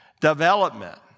development